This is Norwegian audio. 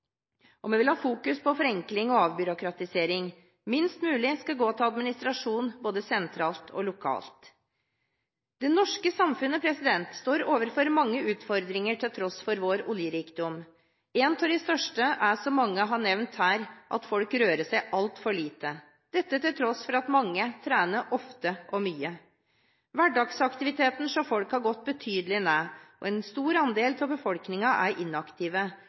Vi vil fokusere på forenkling og avbyråkratisering. Minst mulig skal gå til administrasjon både sentralt og lokalt. Det norske samfunnet står overfor mange utfordringer til tross for vår oljerikdom. En av de største er, som mange har nevnt her, at folk rører seg altfor lite – dette til tross for at mange trener ofte og mye. Hverdagsaktiviteten hos folk har gått betydelig ned, og en stor andel av befolkningen er inaktive.